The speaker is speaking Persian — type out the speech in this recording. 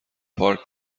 پارک